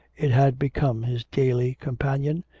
it had become his daily companion,